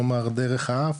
כלומר דרך האף,